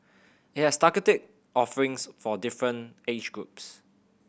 it has targeted offerings for different age groups